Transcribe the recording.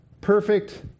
perfect